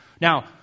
Now